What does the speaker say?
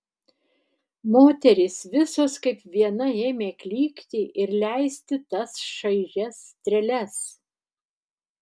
moterys visos kaip viena ėmė klykti ir leisti tas šaižias treles